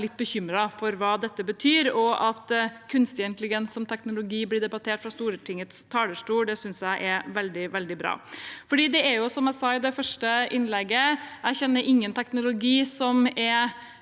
det og litt bekymret for hva dette betyr. At kunstig intelligens som teknologi blir debattert fra Stortingets talerstol, synes jeg er veldig, veldig bra. Det er jo slik, som jeg sa i det første innlegget, at jeg ikke kjenner noen teknologi som er